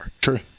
True